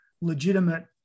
legitimate